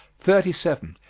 thirty seven.